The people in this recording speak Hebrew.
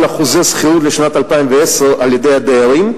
על חוזי השכירות לשנת 2010 על-ידי הדיירים,